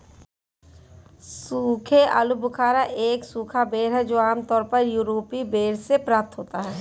सूखे आलूबुखारा एक सूखा बेर है जो आमतौर पर यूरोपीय बेर से प्राप्त होता है